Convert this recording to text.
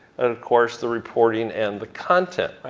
of course the reporting and the content.